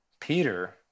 Peter